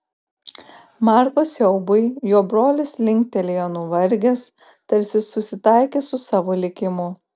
marko siaubui jo brolis linktelėjo nuvargęs tarsi susitaikęs su savo likimu